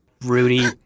Rudy